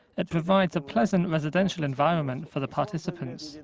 it provides a pleasant residential environment for the participants.